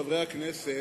חברי הכנסת,